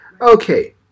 Okay